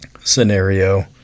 scenario